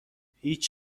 هیچ